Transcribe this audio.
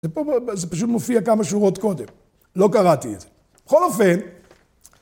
זה פה, זה פשוט מופיע כמה שורות קודם. לא קראתי את זה. בכל אופן